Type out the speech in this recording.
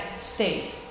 state